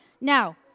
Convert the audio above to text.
Now